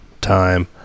time